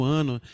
ano